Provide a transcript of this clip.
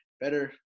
better